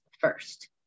first